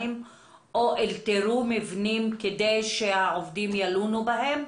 או אלתרו מבנים כדי שהעובדים ילונו בהם?